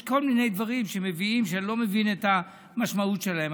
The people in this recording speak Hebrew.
יש כל מיני דברים שמביאים שאני לא מבין את המשמעות שלהם,